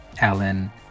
Alan